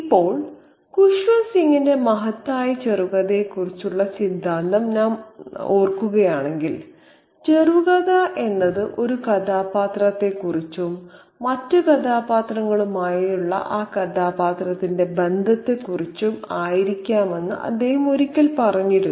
ഇപ്പോൾ ഖുസ്വന്ത് സിങ്ങിന്റെ മഹത്തായ ചെറുകഥയെക്കുറിച്ചുള്ള സിദ്ധാന്തം നാം ഓർക്കുകയാണെങ്കിൽ ചെറുകഥ എന്നത് ഒരു കഥാപാത്രത്തെ കുറിച്ചും മറ്റ് കഥാപാത്രങ്ങളുമായുള്ള ആ കഥാപാത്രത്തിന്റെ ബന്ധത്തെ കുറിച്ചും ആയിരിക്കാമെന്ന് അദ്ദേഹം ഒരിക്കൽ പറഞ്ഞിരുന്നു